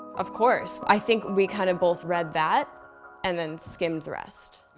of course. i think we kind of both read that and then skimmed the rest,